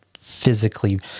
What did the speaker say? physically